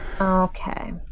Okay